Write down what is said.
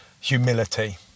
Humility